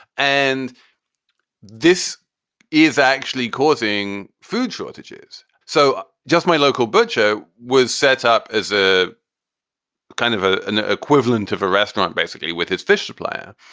and this is actually causing food shortages. so just my local butcher was set up as a kind of ah an equivalent of a restaurant basically with its fish supplier.